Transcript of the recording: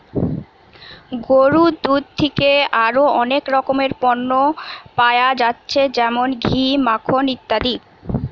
গরুর দুধ থিকে আরো অনেক রকমের পণ্য পায়া যাচ্ছে যেমন ঘি, মাখন ইত্যাদি